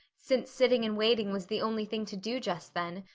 since sitting and waiting was the only thing to do just then,